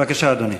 בבקשה, אדוני.